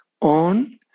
on